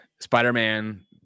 spider-man